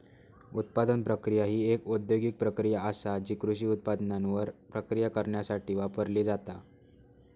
उत्पादन प्रक्रिया ही एक औद्योगिक प्रक्रिया आसा जी कृषी उत्पादनांवर प्रक्रिया करण्यासाठी वापरली जाता